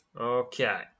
Okay